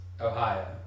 Ohio